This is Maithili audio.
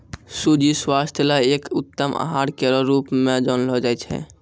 सूजी स्वास्थ्य ल एक उत्तम आहार केरो रूप म जानलो जाय छै